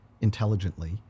intelligently